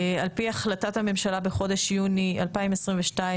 על פי החלטת הממשלה בחודש יוני 2022,